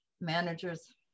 managers